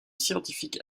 scientifique